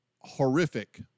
Horrific